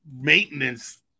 maintenance